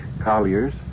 Collier's